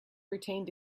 retained